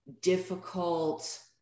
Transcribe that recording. difficult